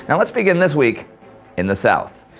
and let's begin this week in the south.